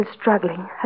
struggling